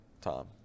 Tom